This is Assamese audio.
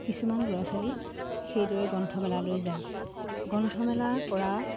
কিছুমান ল'ৰা ছোৱালী সেইদৰে গ্ৰন্থমেলালৈ যায় গ্ৰন্থমেলাৰ পৰা